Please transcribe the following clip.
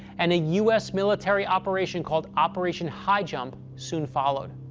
and a u s. military operation called operation highjump soon followed.